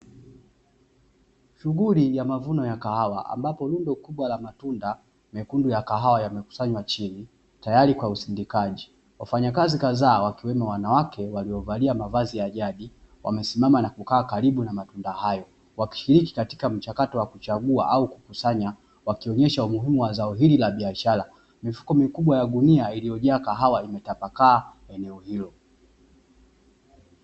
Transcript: Shughuli ya mavuno ya kahawa ambapo rundo kubwa la matunda mekundu ya kahawa yamekusanywa chini tayari kwa usindikaji, wafanyakazi kadhaa wakiwemo wanawake waliovalia mavazi ya jadi, wamesimama na kukaa karibu na matunda hayo wakishiriki katika mchakato wa kuchagua au kukusanya wakionyesha umuhimu wa zao hili l biashara, mifuko mikubwa ya gunia iliyojaa kahawa imetapakaa eneo hilo.